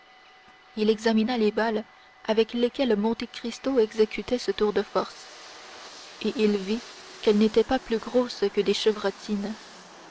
il examina les balles avec lesquelles monte cristo exécutait ce tour de force et il vit qu'elles n'étaient pas plus grosses que des chevrotines